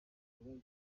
ikiremwa